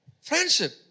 friendship